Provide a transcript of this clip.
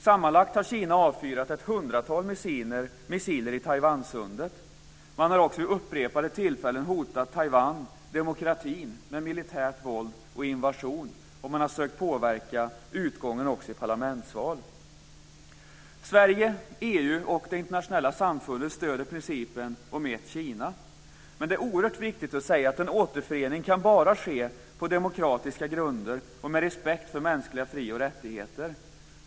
Sammanlagt har Kina avfyrat ett hundratal missiler i Taiwansundet. Man har också vid upprepade tillfällen hotat demokratin med militärt våld och invasion, och man har sökt påverka utgången i parlamentsval. Sverige, EU och det internationella samfundet stöder principen om ett Kina, men det är oerhört viktigt att säga att en återförening bara kan ske på demokratiska grunder och med respekt för mänskliga frioch rättigheter.